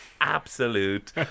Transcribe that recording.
absolute